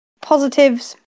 positives